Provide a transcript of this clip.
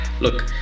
Look